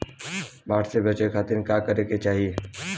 बाढ़ से बचे खातिर का करे के चाहीं?